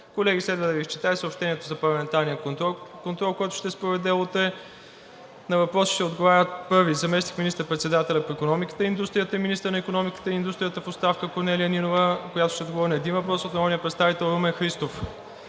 Колеги, следва да Ви изчета и съобщението за парламентарния контрол, който ще се проведе утре. На въпроси ще отговарят: 1. Заместник министър-председателят по икономиката и индустрията и министър на икономиката и индустрията в оставка Корнелия Нинова, която ще отговори на един въпрос от народния представител Румен Христов.